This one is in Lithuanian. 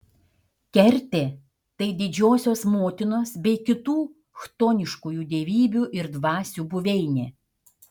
kertė tai didžiosios motinos bei kitų chtoniškųjų dievybių ir dvasių buveinė